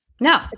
No